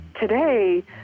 today